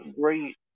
great